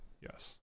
Yes